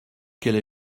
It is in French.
qu’elle